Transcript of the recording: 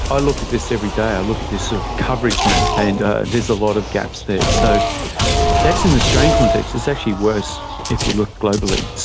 i look at this every day, i look at this coverage map and there's a lot of gaps there. so that's in the australian context. it's actually worse if you look globally.